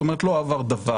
זאת אומרת שלא עבר דבר,